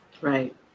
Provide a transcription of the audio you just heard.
Right